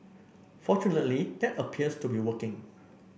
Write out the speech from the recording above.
fortunately that appears to be working